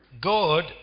God